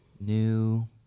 new